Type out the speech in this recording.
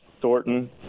Thornton